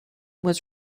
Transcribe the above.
was